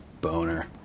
Boner